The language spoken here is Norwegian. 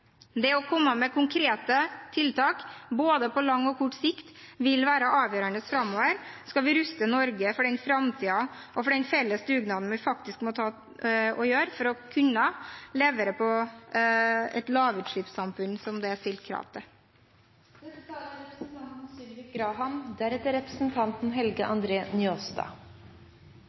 Det å komme med konkrete tiltak på både kort og lang sikt vil være avgjørende framover dersom vi skal ruste Norge for den framtiden og for den felles dugnaden vi faktisk må gjennomføre for å kunne levere et lavutslippssamfunn som det er stilt krav om. Fredag den 2. oktober var store deler av både Hans Majestet Kongens tale og meldingen fra Kongen til